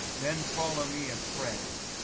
then follow me as friends,